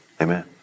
Amen